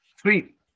Sweet